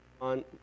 on